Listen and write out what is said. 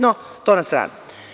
No, to na stranu.